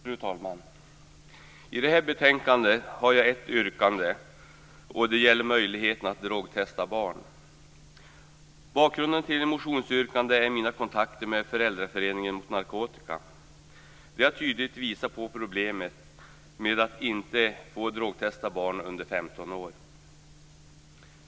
Fru talman! I det här betänkandet behandlas ett motionsyrkande av mig, och det gäller möjligheten att drogtesta barn. Bakgrunden till motionsyrkandet är mina kontakter med Föräldraföreningen mot narkotika. De har tydligt visat på problemet med att inte få drogtesta barn under 15 år.